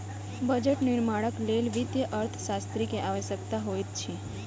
budget निर्माणक लेल वित्तीय अर्थशास्त्री के आवश्यकता होइत अछि